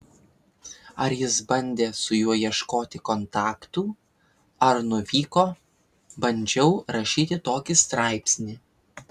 ar jis bandė su juo ieškoti kontaktų ar nuvyko bandžiau rašyti tokį straipsnį